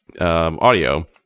audio